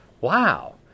wow